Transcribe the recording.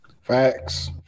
Facts